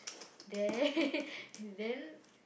then then